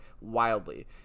wildly